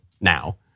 now